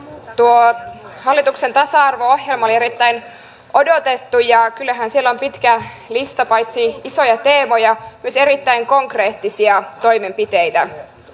tuo hallituksen tasa arvo ohjelma oli erittäin odotettu ja kyllähän siellä on pitkä lista paitsi isoja teemoja myös erittäin konkreettisia toimenpiteitä